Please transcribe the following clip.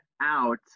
out